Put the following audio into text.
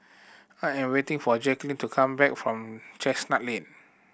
I am waiting for Jacklyn to come back from Chestnut Lane